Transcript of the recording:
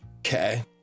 Okay